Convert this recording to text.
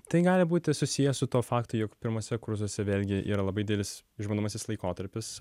tai gali būti susiję su tuo faktu jog pirmuose kursuose vėlgi yra labai didelis išbandomasis laikotarpis